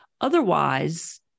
Otherwise